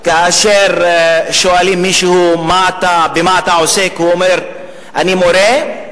כאשר שואלים מישהו במה אתה עוסק והוא אומר: אני מורה,